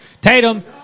Tatum